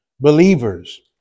believers